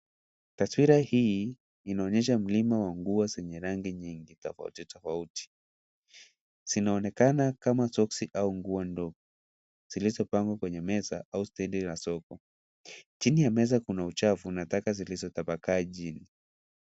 Taswira hii inaonyesha mlima wa nguo zenye rangi nyingi tofauti tofauti. Zinaonekana kama soksi au nguo ndogo, zilizopangwa kwenye meza au stedi la soko. Chini ya meza kuna uchafu na taka zilizotapakaa chini.